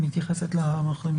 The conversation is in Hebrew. ענבר, היא מתייחסת למחלימים מחו"ל.